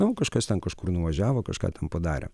nu kažkas ten kažkur nuvažiavo kažką padarė